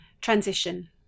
transition